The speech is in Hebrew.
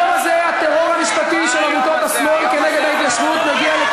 למה אתה לא מסביר את החוק?